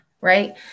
right